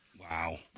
Wow